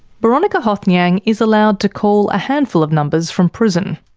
boronika hothnyang is allowed to call a handful of numbers from prison.